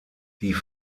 die